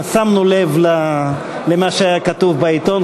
לב למה שהיה כתוב בעיתון,